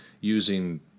using